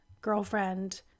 girlfriend